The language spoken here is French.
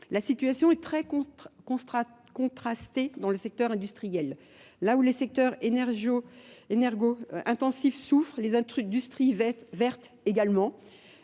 La situation est très contrastée dans le secteur industriel. Là où les secteurs énergaux intensifs souffrent, les industries vertent également.